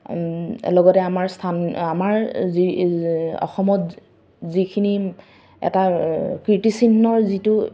লগতে আমাৰ স্থান আমাৰ যি অসমত যিখিনি এটা কীৰ্তিচিহ্নৰ যিটো